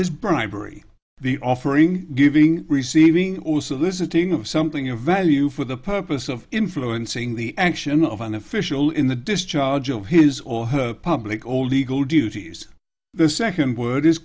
is bribery the offering giving receiving also this is a thing of something of value for the purpose of influencing the action of an official in the discharge of his or her public all eagle duties the second word is